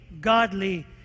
godly